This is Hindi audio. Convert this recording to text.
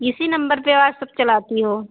इसी नम्बर पर वाट्सअप चलाती हो